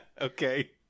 Okay